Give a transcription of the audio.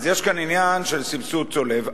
אז יש כאן עניין של סבסוד צולב.